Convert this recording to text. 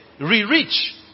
re-reach